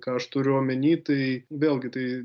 ką aš turiu omeny tai vėlgi tai